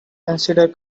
consider